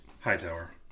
Hightower